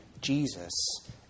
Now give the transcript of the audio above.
Jesus